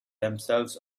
themselves